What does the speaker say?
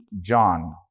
John